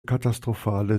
katastrophale